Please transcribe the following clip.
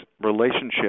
relationship